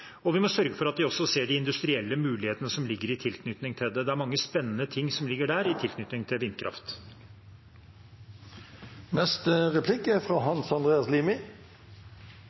Vi må også sørge for at de ser de industrielle mulighetene i tilknytning til dette. Det er mange spennende ting i tilknytning til vindkraft. Først gratulerer til